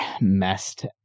messed